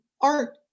art